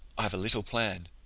i've a little plan.